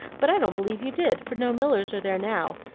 but i don't believe you did, for no millers are there now.